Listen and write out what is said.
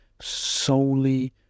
solely